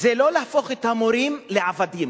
זה לא להפוך את המורים לעבדים